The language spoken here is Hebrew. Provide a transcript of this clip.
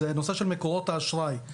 זה נושא של מקורות האשראי.